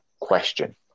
question